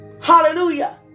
Hallelujah